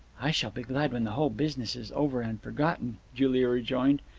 i shall be glad when the whole business is over and forgotten, julia rejoined.